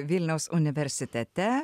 vilniaus universitete